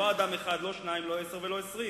לא אדם אחד, לא שניים, לא עשרה ולא עשרים.